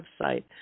website